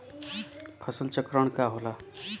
फसल चक्रण का होला?